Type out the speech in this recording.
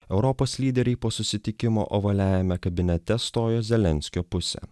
europos lyderiai po susitikimo ovaliajame kabinete stojo zelenskio pusėn